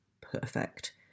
perfect